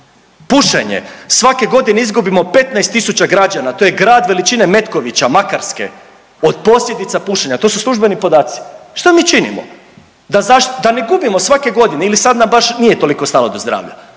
Pušenje. Svake godine izgubimo 15000 građana, to je grad veličine Metkovića, Makarske od posljedica pušenja. To su službeni podaci. Što mi činimo? Da ne gubimo svake godine ili sad nam baš nije toliko stalo do zdravlja?